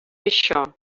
això